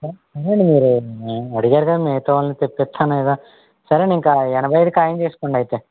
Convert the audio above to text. అయిన మీరు అడిగారుగా మిగతావాళ్ళని తెప్పిస్తాను ఏదో సరే అండి ఇంకా ఎనభై ఐదు ఖాయం చేసుకోండి అయితే